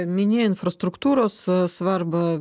minėjai infrastruktūros svarbą